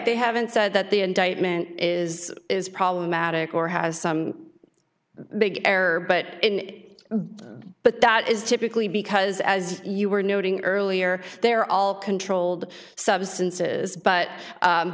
they haven't said that the indictment is is problematic or has some big error but it but that is typically because as you were noting earlier they're all controlled substances but